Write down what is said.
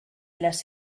las